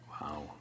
Wow